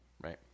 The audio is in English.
Right